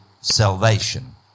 salvation